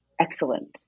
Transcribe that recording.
excellent